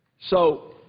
so